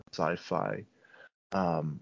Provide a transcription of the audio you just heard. sci-fi